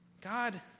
God